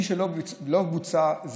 משלא בוצע,